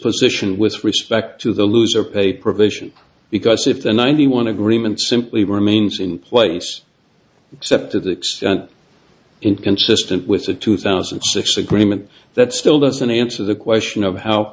position with respect to the loser pay provision because if the ninety one agreement simply remains in place except to the extent inconsistent with the two thousand and six agreement that still doesn't answer the question of how